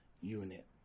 unit